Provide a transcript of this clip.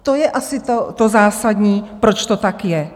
To je asi to zásadní, proč to tak je.